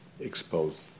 exposed